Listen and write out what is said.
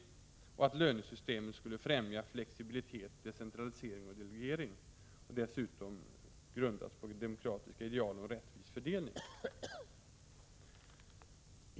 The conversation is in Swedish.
Vidare skulle lönesystemen främja flexibilitet, decentralisering och delegering och dessutom grundas på demokratiska ideal och rättvis fördelning.